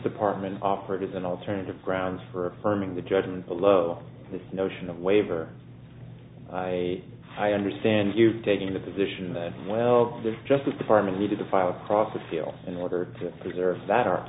department offered as an alternative grounds for affirming the judgment below this notion of waiver i i understand you've taken the position that well the justice department needed to file across the fields in order to preserve that ar